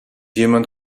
jemand